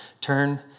turn